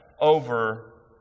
over